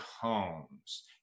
homes